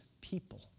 people